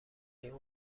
اون